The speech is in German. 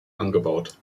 angebaut